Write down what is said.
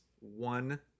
one